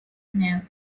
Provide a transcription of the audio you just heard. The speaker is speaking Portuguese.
nela